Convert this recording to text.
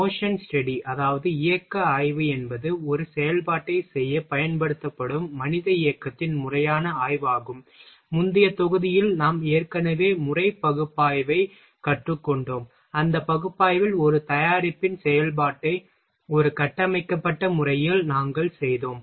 motion study என்பது ஒரு செயல்பாட்டைச் செய்யப் பயன்படுத்தப்படும் மனித இயக்கத்தின் முறையான ஆய்வாகும் முந்தைய தொகுதியில் நாம் ஏற்கனவே முறை பகுப்பாய்வைக் கற்றுக்கொண்டோம் அந்த பகுப்பாய்வில் ஒரு தயாரிப்பின் செயல்பாட்டை ஒரு கட்டமைக்கப்பட்ட முறையில் நாங்கள் செய்தோம்